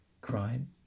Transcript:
crime